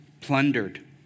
plundered